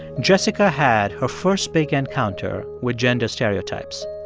jessica had her first big encounter with gender stereotypes.